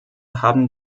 haben